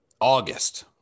august